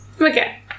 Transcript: Okay